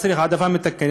אז צריך העדפה מתקנת,